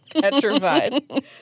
petrified